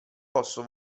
posso